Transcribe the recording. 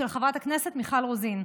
של חברת הכנסת מיכל רוזין.